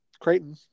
Creighton